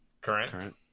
current